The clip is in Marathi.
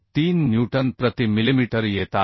3 न्यूटन प्रति मिलिमीटर येत आहेत